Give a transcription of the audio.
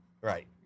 right